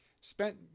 spent